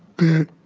that